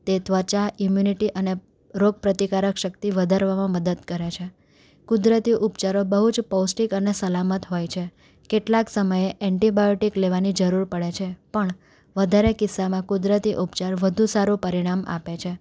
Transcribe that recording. તે ત્વચા ઈમ્યુનિટી અને રોગપ્રતિકારક શક્તિ વધારવામાં મદદ કરે છે કુદરતી ઉપચારો બહુ જ પૌષ્ટિક અને સલામત હોય છે કેટલાક સમયે એન્ટીબાયોટિક લેવાની જરૂર પડે છે પણ વધારે કિસ્સામાં કુદરતી ઉપચાર વધુ સારું પરિણામ આપે છે